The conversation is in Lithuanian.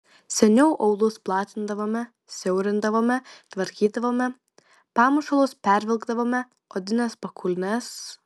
seniau aulus platindavome siaurindavome tvarkydavome pamušalus pervilkdavome odines pakulnes